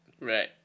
Right